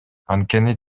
анткени